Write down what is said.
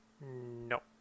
no